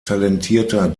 talentierter